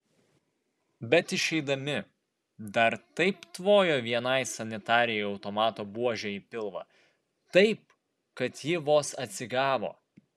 bet išeidami dar taip tvojo vienai sanitarei automato buože į pilvą taip kad ji vos atsigavo